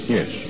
Yes